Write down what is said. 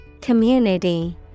Community